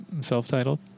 Self-titled